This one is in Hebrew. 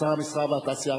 שר המסחר והתעשייה.